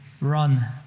run